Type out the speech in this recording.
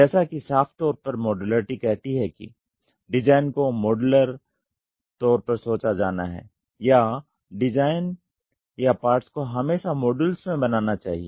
जैसा कि साफ़ तौर पर मॉड्युलैरिटी कहती हैं कि डिज़ाइन को मॉडुलर तौर पर सोचा जाना हैं या डिज़ाइन या पार्ट्स को हमेशा मॉड्यूल्स में बनाना चाहिए